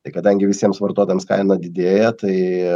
tai kadangi visiems vartotojams kaina didėja tai